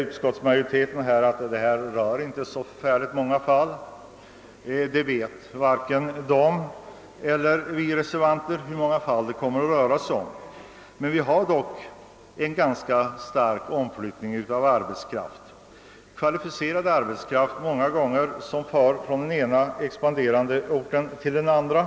Utskottsmajoriteten säger att det inte kommer att röra sig om så många fall. Varken utskottet eller vi reservanter vet hur många fall det kan bli fråga om. Vi har dock en ganska stor omflyttning av arbetskraft. Det gäller i stor utsträckning kvalificerad arbetskraft som flyttar från den ena expanderande orten till den andra.